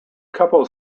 couple